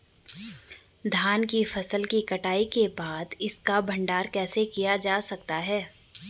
धान की फसल की कटाई के बाद इसका भंडारण कैसे किया जा सकता है?